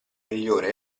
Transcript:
migliore